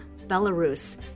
Belarus